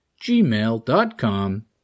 gmail.com